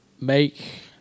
make